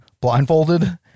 blindfolded